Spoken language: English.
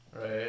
right